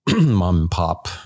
mom-and-pop